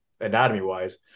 anatomy-wise